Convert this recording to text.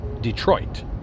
detroit